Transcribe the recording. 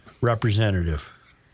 representative